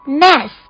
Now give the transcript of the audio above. mess